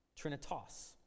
Trinitas